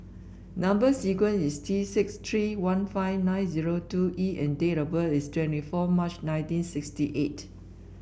number sequence is T six three one five nine zero two E and date of birth is twenty four March nineteen sixty eight